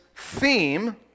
theme